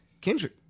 Kendrick